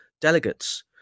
delegates